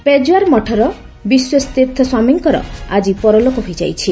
ପେଜାୱାର ମଠର ବିଶ୍ୱେଶ ତୀର୍ଥ ସ୍ୱାମୀଙ୍କର ଆଜି ପରଲୋକ ହୋଇଯାଇଛି